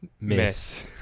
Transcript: Miss